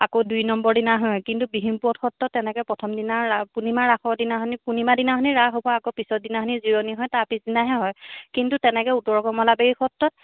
আকৌ দুই নম্বৰ দিনা হয় কিন্তু দিহিঙপুৰত সত্ৰত তেনেকৈ প্ৰথমদিনা পূৰ্ণিমা ৰাসৰ দিনাখন পূৰ্ণিমা দিনাখন ৰাস হ'ব পিছৰ দিনাখন জিৰণি হয় তাৰ পিছৰ দিনাহে হয় কিন্তু তেনেকৈ উত্তৰ কমলাবাৰী সত্ৰত